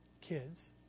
kids